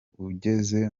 ugeze